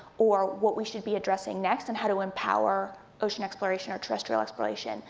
or what we should be addressing next, and how to empower ocean exploration, or terrestrial exploration,